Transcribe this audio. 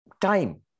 Time